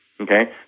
okay